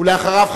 ואחריו,